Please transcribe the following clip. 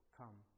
come